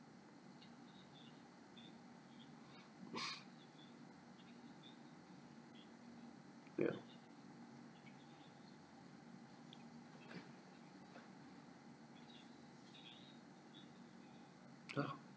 ya !huh!